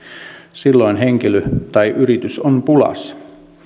silloin henkilö tai yritys on pulassa